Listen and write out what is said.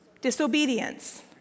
Disobedience